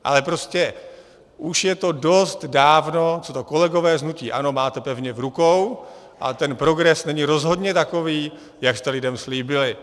Ale prostě už je to dost dávno, co to, kolegové z hnutí ANO, máte pevně v rukou, a ten progres není rozhodně takový, jak jste lidem slíbili.